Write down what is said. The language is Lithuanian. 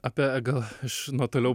apie gal aš nuo toliau